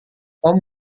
tom